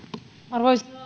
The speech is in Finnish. arvoisa